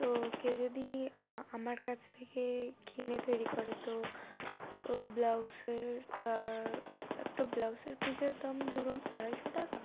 তো কেউ যদি আমার কাছ থেকে কিনে তৈরি করে তো ব্লাউজের তার একটা ব্লাউজের পিসের দাম ধরুন আড়াইশো টাকা